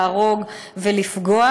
להרוג ולפגוע.